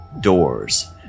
doors